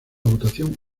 votación